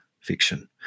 fiction